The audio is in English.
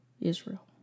Israel